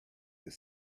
that